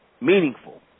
meaningful